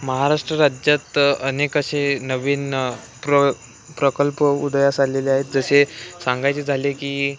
महाराष्ट्र राज्यात अनेक असे नवीन प्र प्रकल्प उदयास आलेले आहेत जसे सांगायचे झाले की